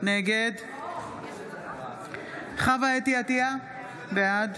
נגד חוה אתי עטייה, בעד